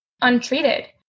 untreated